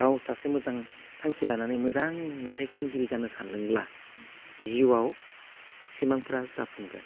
गाव सासे मोजां थांखि लानानै मोजां मेथाइ खनगिरि जानो सानदोंब्ला जिउआव सिमांफोरा जाफुंगोन